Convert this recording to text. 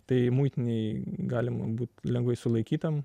tai muitinėj galima būt lengvai sulaikytam